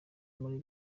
muri